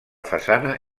façana